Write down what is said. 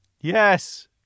Yes